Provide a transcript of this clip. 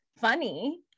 funny